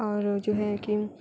اور جو ہے کہ